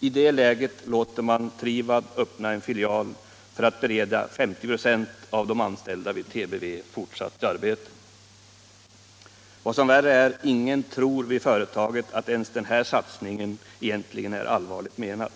I det läget låter man Trivab öppna en filial för att bereda 50 96 av de anställda vid CBV fortsatt arbete. Vad som värre är: Ingen vid företaget tror att ens den här satsningen egentligen är allvarligt menad.